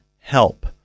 help